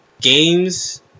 Games